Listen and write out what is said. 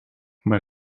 maar